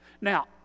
Now